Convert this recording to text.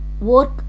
work